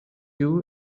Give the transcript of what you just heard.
you